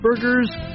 burgers